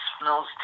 smells